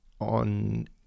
on